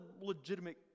legitimate